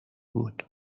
بود